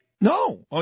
No